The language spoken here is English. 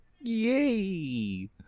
Yay